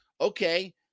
okay